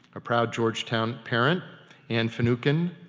a proud georgetown parent anne finucane,